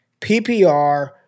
PPR